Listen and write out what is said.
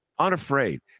unafraid